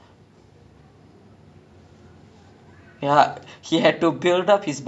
!wah! eh ghajini was solid ya I think ghajini was the first suriya film as well